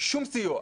שום סיוע,